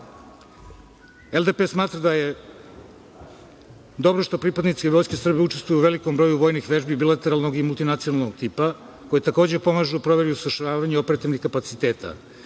LDP smatra da je dobro što pripadnici Vojske Srbije učestvuju u velikom broju vojnih vežbi bilateralnog i multinacionalnog tipa, koji takođe pomažu proveri u izvršavanju operativnih kapaciteta,